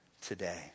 today